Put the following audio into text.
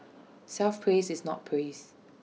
self praise is not praise